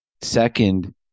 Second